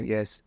Yes